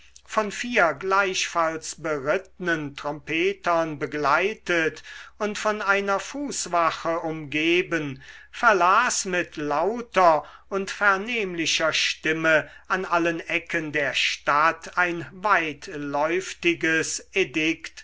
von vier gleichfalls berittnen trompetern begleitet und von einer fußwache umgeben verlas mit lauter und vernehmlicher stimme an allen ecken der stadt ein weitläuftiges